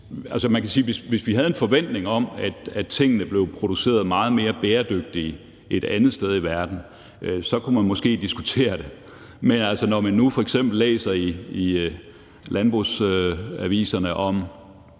Hvis vi havde en forventning om, at tingene blev produceret meget mere bæredygtigt et andet sted i verden, kunne man måske diskutere det. Men når man nu f.eks. læser i LandbrugsAvisen om